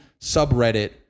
subreddit